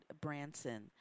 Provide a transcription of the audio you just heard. Branson